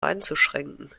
einzuschränken